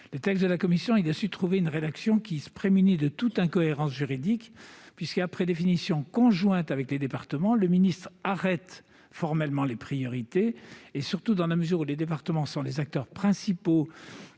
ses travaux, la commission a su trouver une rédaction qui se prémunit de toute incohérence juridique, puisque, après définition conjointe avec les départements, le ministre arrête formellement les priorités. Surtout, dans la mesure où les départements sont les acteurs principaux